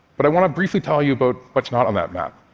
but i want to briefly tell you about what's not on that map,